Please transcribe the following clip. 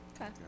Okay